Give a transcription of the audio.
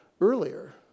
earlier